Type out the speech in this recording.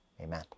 amen